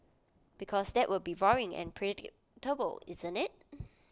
because that will be boring and predictable isn't IT